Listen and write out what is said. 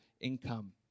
income